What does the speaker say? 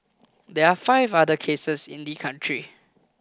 there are five other cases in the country